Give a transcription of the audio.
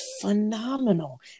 phenomenal